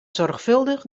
zorgvuldig